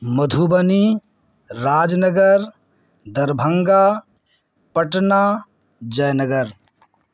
Madhubani Raj Nagar Darbhanga Patna Jay Nagar